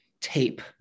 tape